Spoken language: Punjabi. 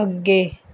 ਅੱਗੇ